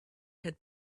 had